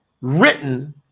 written